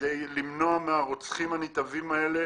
כדי למנוע מהרוצחים הנתעבים האלה